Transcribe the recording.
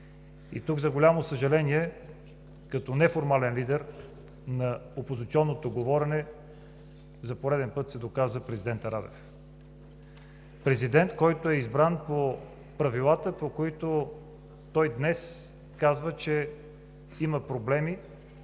И тук, за голямо съжаление, като неформален лидер на опозиционното говорене, за пореден път се доказа президентът Радев. Президент, който е избран по правилата, по които той днес казва, че има проблеми